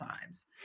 times